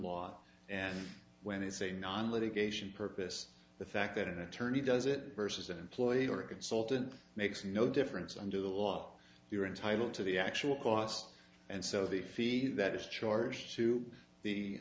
law and when they say non litigation purpose the fact that an attorney does it versus an employee or a consultant makes no difference under the law you're entitled to the actual cost and so the fee that is charged to the